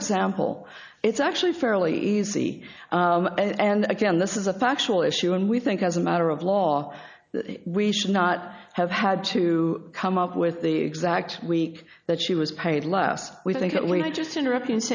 example it's actually fairly easy and again this is a factual issue and we think as a matter of law we should not have had to come up with the exact week that she was paid less we think that we i just interrupt and